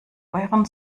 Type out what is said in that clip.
euren